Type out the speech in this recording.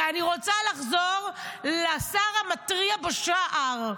כי אני רוצה לחזור לשר המתריע בשער.